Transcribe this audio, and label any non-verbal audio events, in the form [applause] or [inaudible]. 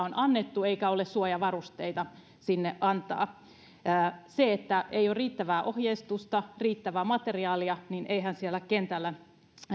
[unintelligible] on annettu eikä ole suojavarusteita sinne antaa jos ei ole riittävää ohjeistusta ja riittävää materiaalia niin eihän siellä kentällä